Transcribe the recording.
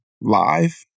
Live